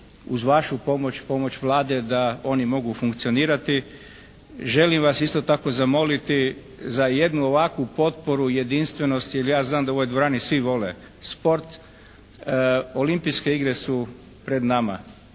uz vašu pomoć, pomoć Vlade da oni mogu funkcionirati. Želim vas isto tako zamoliti za jednu ovakvu potporu jedinstvenosti jer ja znam da u ovoj dvorani svi vole sport. Olimpijske igre su pred nama,